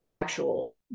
actual